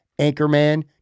Anchorman